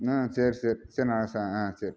ஆ சரி சரி சரி நான் சா ஆ சரி